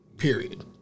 period